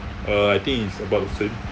uh I think is about the same